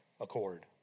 accord